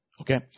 Okay